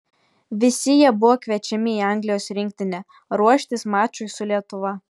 visi jie buvo kviečiami į anglijos rinktinę ruoštis mačui su lietuva